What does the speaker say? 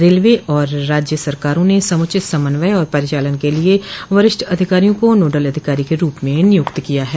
railway और राज्य सरकारों ने समुचित समन्वय और परिचालन के लिए वरिष्ठ अधिकारियों को नोडल अधिकारी के रूप में नियूक्त किया है